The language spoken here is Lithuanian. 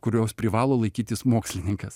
kurios privalo laikytis mokslininkas